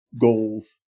goals